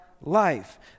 life